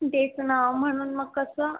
तेच ना म्हणून मग कसं